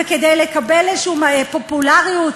וכדי לקבל איזו פופולריות,